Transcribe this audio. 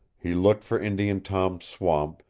he looked for indian tom's swamp,